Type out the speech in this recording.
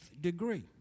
degree